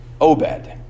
Obed